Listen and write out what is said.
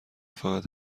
فقط